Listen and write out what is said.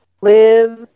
live